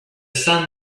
sun